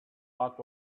out